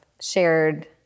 shared